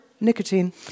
nicotine